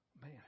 man